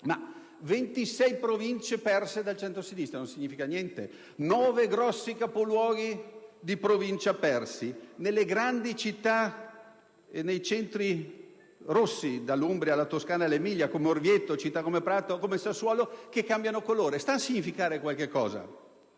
26 Province perse dal centrosinistra non significano niente? 9 grossi capoluoghi di provincia persi nelle grandi città e nelle regioni rosse, dall'Umbria alla Toscana, all'Emilia, città come Orvieto, Prato e Sassuolo che cambiano colore significano qualcosa?